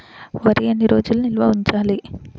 వరి ఎన్ని రోజులు నిల్వ ఉంచాలి?